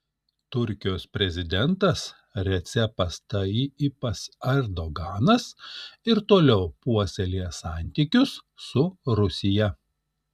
turkijos prezidentas recepas tayyipas erdoganas ir toliau puoselėja santykius su rusija